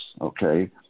Okay